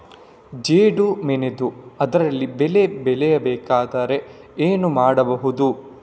ಜೇಡು ಮಣ್ಣಿದ್ದು ಅದರಲ್ಲಿ ಬೆಳೆ ಬೆಳೆಯಬೇಕಾದರೆ ಏನು ಮಾಡ್ಬಹುದು?